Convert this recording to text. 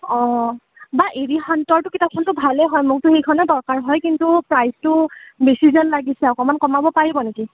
অঁ বা এৰিহাণ্টৰতো কিতাপখনতো ভালেই হয় মোকতো সেইখনেই দৰকাৰ হয় কিন্তু প্ৰাইচটো বেছি যেন লাগিছে অকমান কমাব পাৰিব নেকি